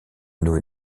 une